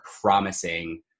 promising